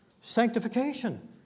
sanctification